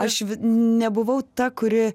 aš nebuvau ta kuri